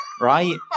Right